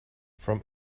from